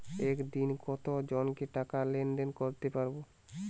একদিন কত জনকে টাকা লেনদেন করতে পারবো?